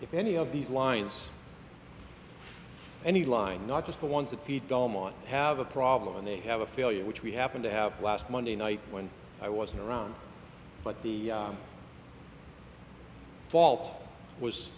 if any of these lines any line not just the ones that feet don't have a problem and they have a failure which we happened to have last monday night when i wasn't around but the fault was